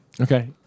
Okay